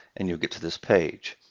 and you'll get to this page.